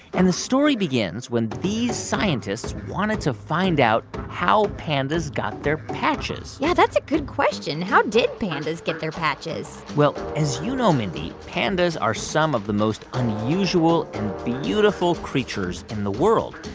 and the story begins when these scientists wanted to find out how pandas got their patches yeah, that's a good question. how did pandas get their patches? well, as you know, mindy, pandas are some of the most unusual and beautiful creatures in the world.